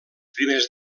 primers